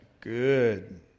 Good